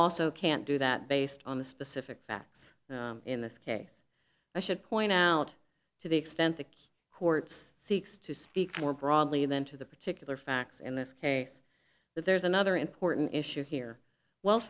also can't do that based on the specific facts in this case i should point out to the extent that who are its seeks to speak more broadly than to the particular facts in this case but there's another important issue here well